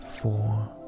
four